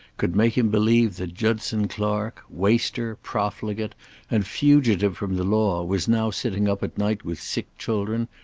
could make him believe that judson clark, waster, profligate and fugitive from the law was now sitting up at night with sick children,